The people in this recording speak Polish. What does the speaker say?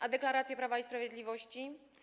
A deklaracje Prawa i Sprawiedliwości?